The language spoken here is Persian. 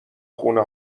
خونه